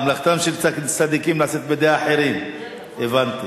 מלאכתם של צדיקים נעשית בידי אחרים, הבנתי.